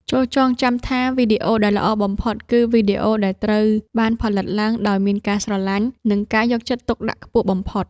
ចូរចងចាំថា វីដេអូដែលល្អបំផុតគឺវីដេអូដែលត្រូវបានផលិតឡើងដោយមានការស្រឡាញ់ និងការយកចិត្តទុកដាក់ខ្ពស់បំផុត។